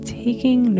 taking